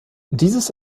dieses